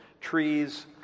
trees